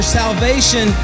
salvation